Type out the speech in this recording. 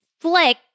Flick